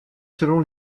selon